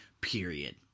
period